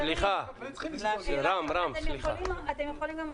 --- אם אתם אומרים,